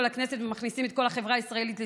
הכנסת ומכניסים את כל החברה הישראלית לסחרור,